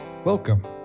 Welcome